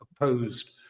opposed